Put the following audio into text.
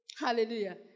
Hallelujah